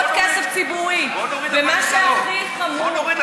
בואי נוריד את